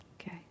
okay